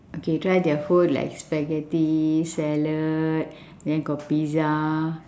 okay try their food like spaghetti salad then got pizza